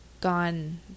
gone